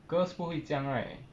girls 不会这样 right